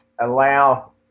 allow